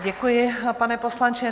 Děkuji, pane poslanče.